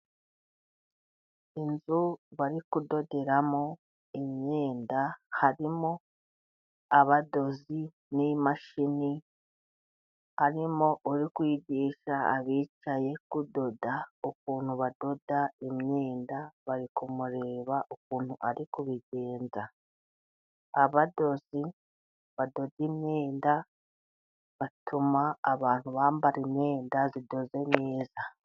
Inzu bari kudoderamo imyenda, harimo abadozi n'imashini. Harimo uri kwigisha abicaye kudoda, ukuntu badoda imyenda, bari kumureba ukuntu ari kubigenza. Abadozi badoda imyenda, batuma abantu bambara imyenda idoze neza.